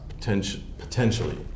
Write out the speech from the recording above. potentially